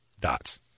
dots